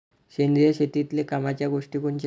सेंद्रिय शेतीतले कामाच्या गोष्टी कोनच्या?